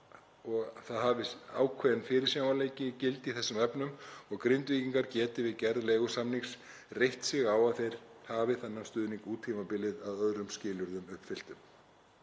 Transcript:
er að ákveðinn fyrirsjáanleiki gildi í þessum efnum og Grindvíkingar geti við gerð leigusamnings reitt sig á að þeir hafi stuðninginn út tímabilið að öðrum skilyrðum uppfylltum,